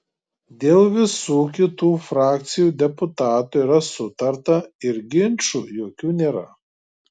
dėl visų kitų frakcijų deputatų yra sutarta ir ginčų jokių nėra